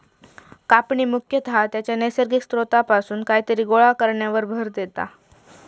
कापणी मुख्यतः त्याच्या नैसर्गिक स्त्रोतापासून कायतरी गोळा करण्यावर भर देता